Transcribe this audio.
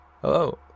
Hello